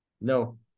No